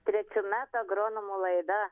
trečių metų agronomų laida